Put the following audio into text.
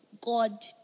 God